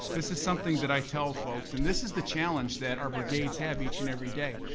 this is something that i tell folks and this is the challenge that our brigades have each and every day.